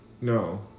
No